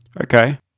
Okay